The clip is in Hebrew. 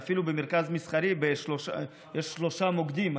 אפילו במרכז המסחרי יש שלושה מוקדים.